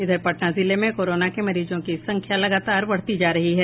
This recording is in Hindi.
इधर पटना जिले में कोरोना के मरीजों की संख्या लगातार बढ़ती जा रही है